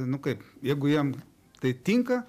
nu kaip jeigu jam tai tinka